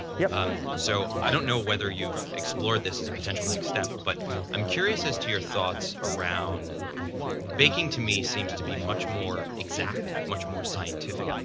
yeah um so i don't know whether you've explored this as a potential next step. but i'm curious as to your thoughts around baking, to me, seems to be much more exact, much more scientific. ah